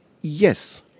Yes